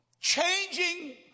Changing